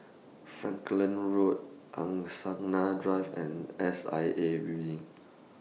Falkland Road Angsana Drive and S I A Building